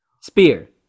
Spear